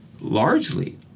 largely